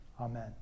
amen